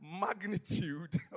magnitude